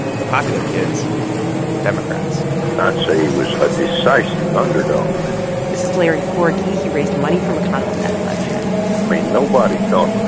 the popular kids were democrats i'd say he was a decisive underdog this is larry forgy. he raised money for mcconnell in that election i mean, nobody thought,